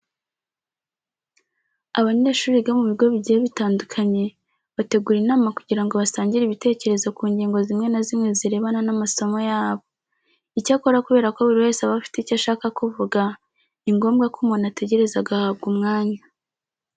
Abanyeshuri biga mu bigo bigiye bitandukanye bategura inama kugira ngo basangire ibitekerezo ku ngingo zimwe na zimwe zirebana n'amasomo yabo. Icyakora kubera ko buri wese aba afite icyo ashaka kuvuga, ni ngombwa ko umuntu ategereza agahabwa umwanya.